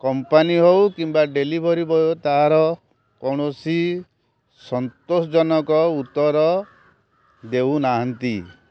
company ହଉ କିମ୍ବା delivery boy ତା'ର କୋଣସି ସନ୍ତୋଷଜନକ ଉତ୍ତର ଦେଉନାହାନ୍ତି